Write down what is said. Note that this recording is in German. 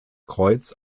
kreuz